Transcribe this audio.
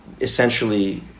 essentially